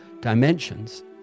dimensions